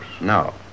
No